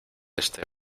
este